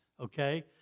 okay